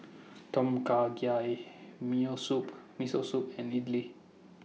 Tom Kha Gai Me O Soup Miso Soup and Idili